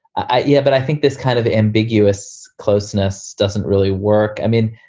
i yeah, but i think this kind of ambiguous closeness doesn't really work. i mean,